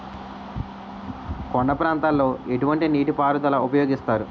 కొండ ప్రాంతాల్లో ఎటువంటి నీటి పారుదల ఉపయోగిస్తారు?